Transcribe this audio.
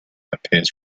appears